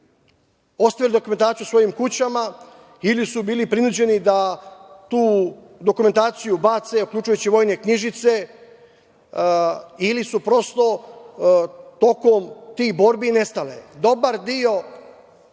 ostavili dokumentaciju u svojim kućama ili su bili prinuđeni da tu dokumentaciju bace, uključujući vojne knjižice ili su prosto tokom tih borbi nestale. Dobar deo